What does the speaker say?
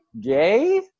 Gay